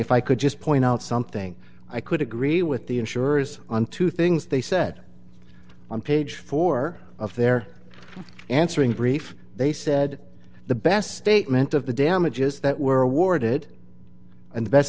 if i could just point out something i could agree with the insurers on two things they said on page four of their answering brief they said the best statement of the damages that were awarded